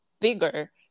bigger